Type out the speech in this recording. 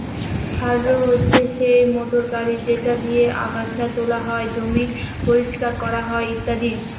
harrow হচ্ছে সেই motor গাড়ি যেটা দিয়ে আগাচ্ছা তোলা হয়, জমি পরিষ্কার করা হয় ইত্যাদি